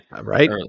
Right